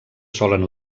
solen